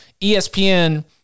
ESPN